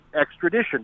extradition